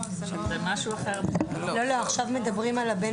אנחנו מדברים על ההבדל